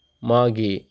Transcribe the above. ꯃꯥꯒꯤ